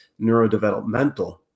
neurodevelopmental